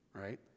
right